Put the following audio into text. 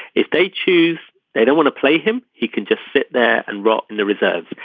if they choose they don't want to play him. he can just sit there and rot in the reserves.